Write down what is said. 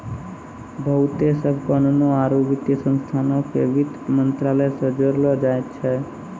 बहुते सभ कानूनो आरु वित्तीय संस्थानो के वित्त मंत्रालय से जोड़लो जाय छै